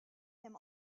him